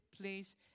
place